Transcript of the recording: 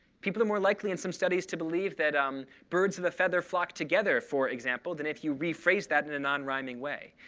people are more likely, in some studies, to believe that um birds of a feather flock together, for example, than if you rephrase that in a non-rhyming way.